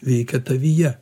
veikia tavyje